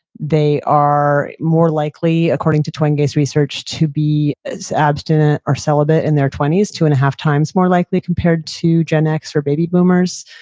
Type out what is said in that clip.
they are more likely according to twenge's research to be abstinent or celibate in their twenty s two and a half times more likely compared to gen x or baby boomers.